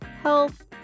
health